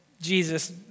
Jesus